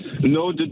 No